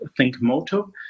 ThinkMoto